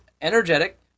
energetic